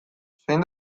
zein